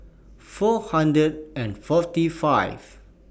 four hundred and forty five